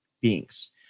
beings